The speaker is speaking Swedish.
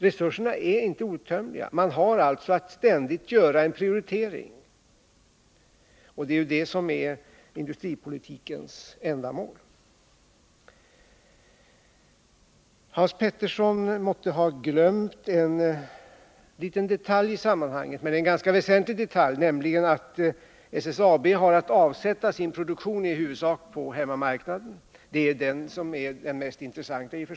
Resurserna är inte outtömliga. Man har alltså att ständigt göra en prioritering, och det är också det som är industripolitikens ändamål. Hans Petersson måtte ha glömt en liten men ganska väsentlig detalj i detta sammanhang, nämligen att SSAB har att avsätta sin produktion i huvudsak på hemmamarknaden — det är också i och för sig den som är den mest intressanta.